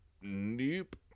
Nope